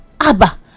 Abba